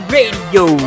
Radio